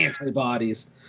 antibodies